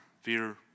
fear